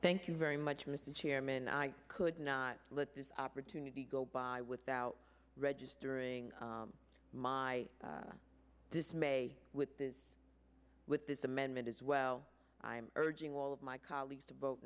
thank you very much mr chairman i could not let this opportunity go by without registering my dismay with this with this amendment as well i'm urging all of my colleagues to vot